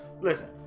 listen